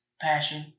passion